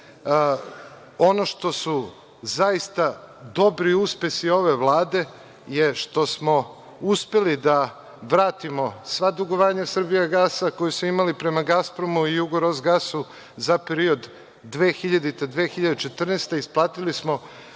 Ono što su zaista dobri uspesi ove Vlade je što smo uspeli da vratimo sva dugovanja Srbijagasa, koja smo imali prema Gaspromu i Jugoros gasu za period 2000. i 2014. godina. Isplatili smo,